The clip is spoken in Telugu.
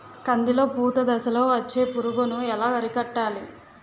కందిలో పూత దశలో వచ్చే పురుగును ఎలా అరికట్టాలి?